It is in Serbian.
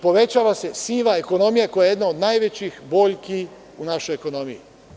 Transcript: Povećava se siva ekonomija koja je jedna od najvećih boljki u našoj ekonomiji.